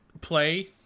play